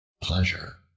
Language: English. Pleasure